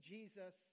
Jesus